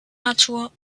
natur